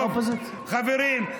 חברים,